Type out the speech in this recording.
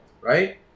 right